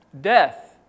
death